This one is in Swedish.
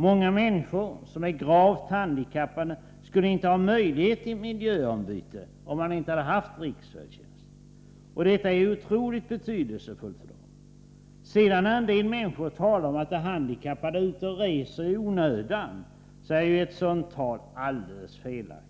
Många människor — som är gravt handikappade — skulle inte ha möjlighet till ett miljöombyte, om man inte hade haft riksfärdtjänst. Detta är ju otroligt betydelsefullt för dem. När en del människor talar om att de handikappade är ute och reser i onödan, så är ju ett sådant tal alldeles felaktigt.